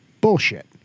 Bullshit